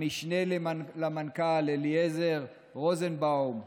המשנה למנכ"ל אליעזר רוזנבאום,